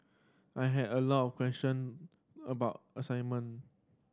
I had a lot of question about assignment